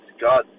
God